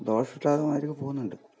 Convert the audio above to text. ദോഷമില്ലാത്ത മാതിരിയൊക്കെ പോകുന്നുണ്ട്